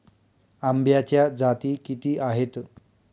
आंब्याच्या जाती किती आहेत?